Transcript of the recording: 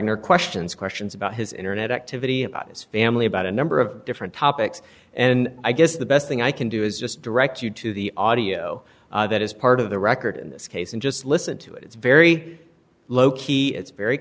wagner questions questions about his internet activity about his family about a number of different topics and i guess the best thing i can do is just direct you to the audio that is part of the record in this case and just listen to it it's very low key it's very